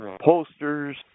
posters